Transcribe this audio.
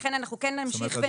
לכן אנחנו כן נמשיך בדיון.